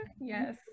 Yes